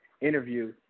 interview